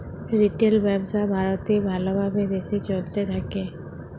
retail ব্যবসা ভারতে ভাল ভাবে দেশে চলতে থাক্যে